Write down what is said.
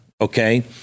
Okay